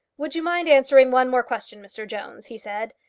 would you mind answering one more question, mr jones? he said.